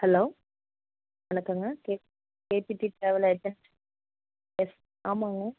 hello வணக்கங்க K KPG travel again ஆமாம்ங்க